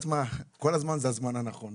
כל הזמן זה הזמן הנכון.